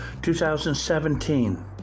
2017